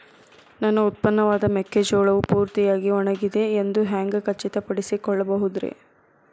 ನನ್ನ ಉತ್ಪನ್ನವಾದ ಮೆಕ್ಕೆಜೋಳವು ಪೂರ್ತಿಯಾಗಿ ಒಣಗಿದೆ ಎಂದು ಹ್ಯಾಂಗ ಖಚಿತ ಪಡಿಸಿಕೊಳ್ಳಬಹುದರೇ?